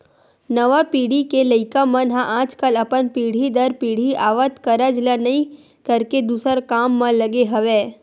नवा पीढ़ी के लइका मन ह आजकल अपन पीढ़ी दर पीढ़ी आवत कारज ल नइ करके दूसर काम म लगे हवय